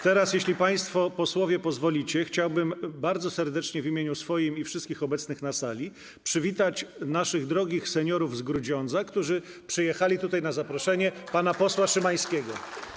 Teraz, jeśli państwo posłowie pozwolicie, chciałbym bardzo serdecznie w imieniu swoim i wszystkich obecnych na sali przywitać naszych drogich seniorów z Grudziądza, którzy przyjechali tutaj na zaproszenie pana posła Szymańskiego.